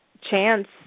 chance